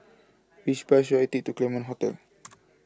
Which Bus should I Take to The Claremont Hotel